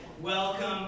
welcome